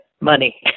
money